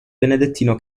benedettino